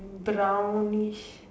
brownish